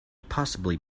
possibly